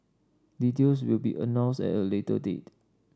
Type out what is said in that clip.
details will be announced at a later date